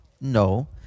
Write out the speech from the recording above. No